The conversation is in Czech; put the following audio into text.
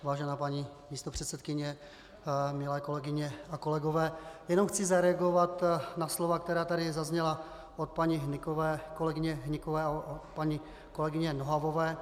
Vážená paní místopředsedkyně, milé kolegyně a kolegové, jenom chci zareagovat na slova, která tady zazněla od paní kolegyně Hnykové a paní kolegyně Nohavové.